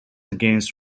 against